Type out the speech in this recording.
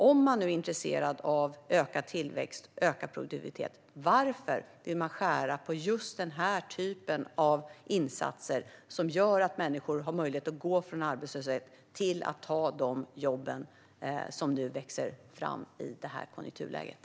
Om man nu är intresserad av ökad tillväxt och ökad produktivitet, varför vill man skära på just den här typen av insatser som gör att människor har möjlighet att gå från arbetslöshet till att ta de jobb som nu växer fram i det här konjunkturläget?